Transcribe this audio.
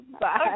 Bye